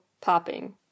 Popping